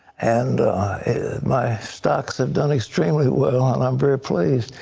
and my stocks have done extremely well. i am very pleased.